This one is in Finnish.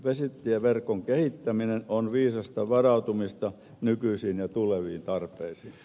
vesitieverkon kehittäminen on viisasta varautumista nykyisiin ja tuleviin tarpeisiin